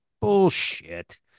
bullshit